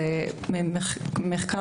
ממחקר,